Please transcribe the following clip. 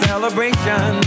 Celebration